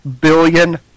billion